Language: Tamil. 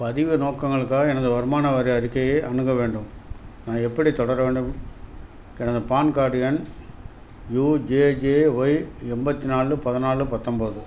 பதிவு நோக்கங்களுக்காக எனது வருமான வரி அறிக்கையை அணுக வேண்டும் நான் எப்படி தொடர வேண்டும் எனது பான் கார்டு எண் யுஜேஜேஒய் எண்பத்தி நாலு பதினாலு பத்தொம்போது